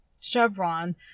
chevron